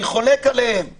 אני חולק עליהם מאוד.